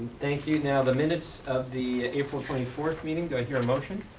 thank you. now the minutes of the april twenty fourth meeting. do i hear a motion?